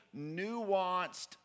nuanced